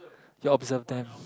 you observe them